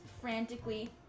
frantically